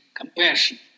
compassion